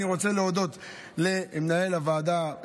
אני רוצה להודות למנהל הוועדה,